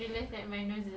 ya